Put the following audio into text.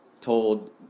told